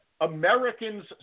Americans